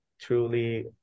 truly